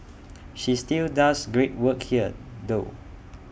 she still does great work here though